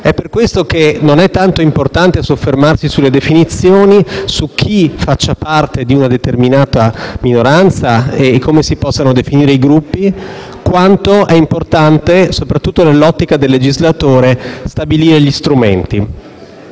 Per questo è importante non tanto soffermarsi sulle definizioni, su chi faccia parte di una determinata minoranza e su come si possano definire i gruppi, quanto, soprattutto nell'ottica del legislatore, stabilire gli strumenti.